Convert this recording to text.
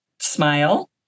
smile